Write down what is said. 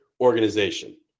organization